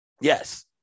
Yes